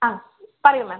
ആ പറയൂ മാം